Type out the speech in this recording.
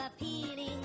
appealing